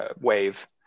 wave